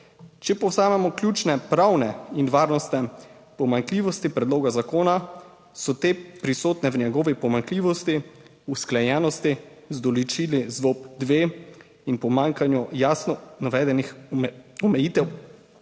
(Nadaljevanje) ključne pravne in varnostne pomanjkljivosti predloga zakona, so te prisotne v njegovi pomanjkljivosti usklajenosti z določili ZVOP-2 in pomanjkanju jasno navedenih omejitev